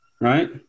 right